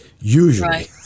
usually